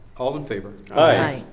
all in favor. aye.